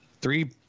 three